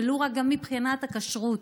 ולו רק מבחינת הכשרות,